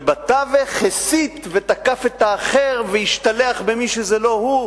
ובתווך הסית ותקף את האחר והשתלח במי שזה לא הוא.